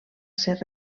ser